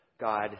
God